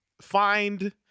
find